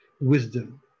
wisdom